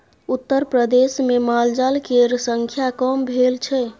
उत्तरप्रदेशमे मालजाल केर संख्या कम भेल छै